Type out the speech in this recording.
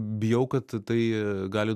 bijau kad tai gali